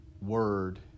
word